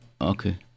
okay